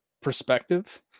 perspective